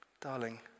darling